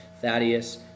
Thaddeus